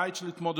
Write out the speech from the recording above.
בית עם התמודדות.